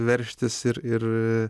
veržtis ir ir